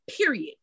period